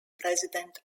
president